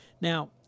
Now